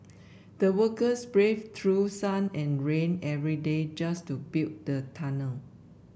the workers braved through sun and rain every day just to build the tunnel